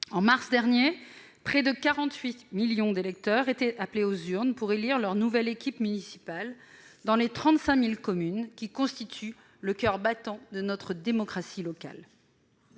de mars dernier, près de 48 millions d'électeurs étaient appelés aux urnes pour élire leur nouvelle équipe municipale dans les 35 000 communes qui constituent le coeur battant de notre démocratie locale.